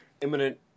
imminent